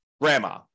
grandma